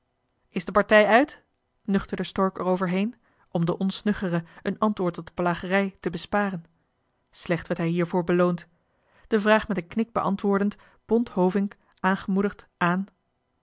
is de partij uit nuchterde stork er overheen om den onsnuggere een antwoord op de plagerij te besparen slecht werd hij hiervoor beloond de vraag met een knik beantwoordend bond hovink aangemoedigd aan